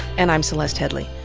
and i'm celeste headlee.